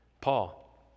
Paul